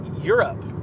Europe